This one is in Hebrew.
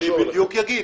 אני בדיוק אגיד.